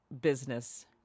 business